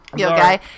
Okay